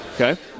Okay